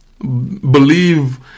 believe